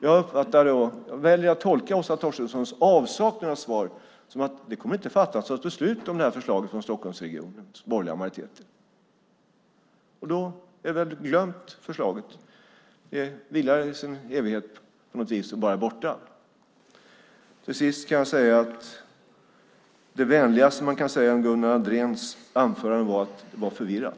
Jag väljer att tolka Åsa Torstenssons avsaknad av svar som att det inte kommer att fattas något beslut om förslaget från Stockholmsregionens borgerliga majoritet. Förslaget är väl glömt. Det vilar i evighet och är bara borta. Till sist: Det vänligaste man kan säga om Gunnar Andréns anförande var att det var förvirrat.